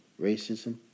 racism